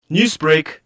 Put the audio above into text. Newsbreak